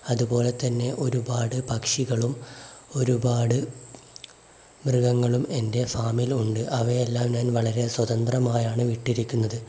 അതുപോലെതന്നെ ഒരുപാട് പക്ഷികളും ഒരുപാട് മൃഗങ്ങളും എൻ്റെ ഫാമിലുണ്ട് അവയെയെല്ലാം ഞാൻ വളരെ സ്വതന്ത്രമായാണ് വിട്ടിരിക്കുന്നത്